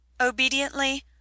Obediently